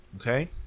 Okay